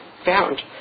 found